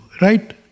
right